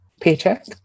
paycheck